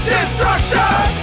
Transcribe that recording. Destruction